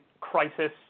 crisis